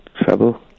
trouble